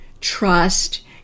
trust